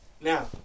Now